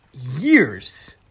years